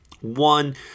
One